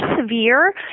severe